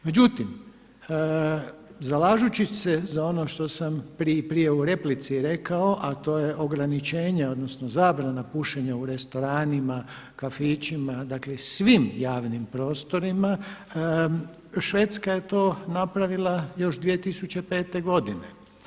Međutim, zalažući se za ono što sam prije u replici rekao a to je ograničenje odnosno zabrana pušenja u restoranima, kafićima, dakle svim javnim prostorima Švedska je to napravila još 2005. godine.